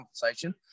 conversation